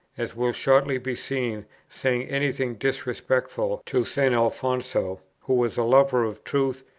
as will shortly be seen, saying any thing disrespectful to st. alfonso, who was a lover of truth,